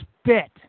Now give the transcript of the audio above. spit